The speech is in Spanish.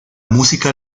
música